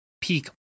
peak